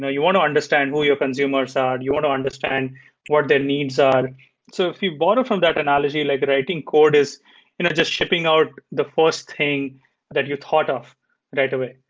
ah you want to understand who your consumers are. and you want to understand what their needs are so if you bought it from that analogy, like writing code is you know just shipping out the first thing that you thought of right away.